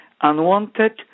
unwanted